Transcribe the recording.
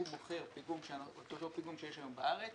שהוא מוכר את אותו פיגום שיש היום בארץ